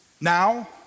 Now